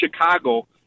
Chicago